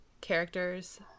characters